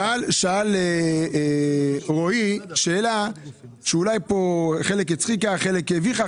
שאל רועי שאלה שאולי הצחיקה או הביכה